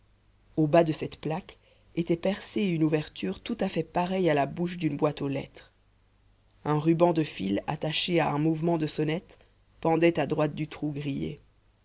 au bas de cette plaque était percée une ouverture tout à fait pareille à la bouche d'une boîte aux lettres un ruban de fil attaché à un mouvement de sonnette pendait à droite du trou grillé